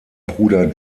bruder